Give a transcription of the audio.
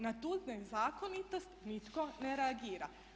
Na tu nezakonitost nitko ne reagira.